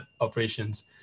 operations